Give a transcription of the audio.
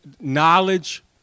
knowledge